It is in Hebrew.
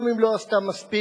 גם אם לא עשתה מספיק,